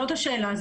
זאת השאלה,